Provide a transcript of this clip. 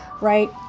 right